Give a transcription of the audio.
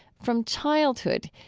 from childhood,